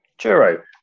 Churro